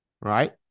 right